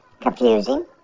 Confusing